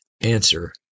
answer